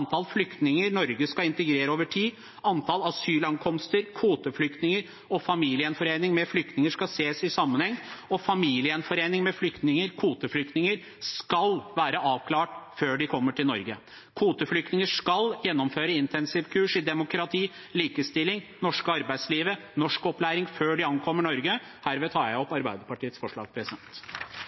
flyktninger Norge skal integrere over tid. Antall asylankomster, kvoteflyktninger og familiegjenforening med flyktninger skal ses i sammenheng, og familiegjenforening med kvoteflyktninger skal være avklart før de kommer til Norge. Kvoteflyktninger skal gjennomføre intensivkurs i demokrati, likestilling, det norske arbeidslivet og norskopplæring før de ankommer Norge. Herved tar jeg opp Arbeiderpartiets forslag.